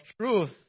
truth